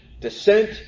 descent